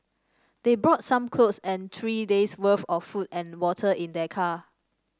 they brought some clothes and three days' worth of food and water in their car